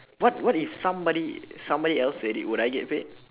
what what if somebody somebody else say it will I get paid